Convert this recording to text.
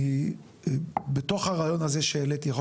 אני בתוך הרעיון הזה שהעליתי,